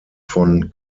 von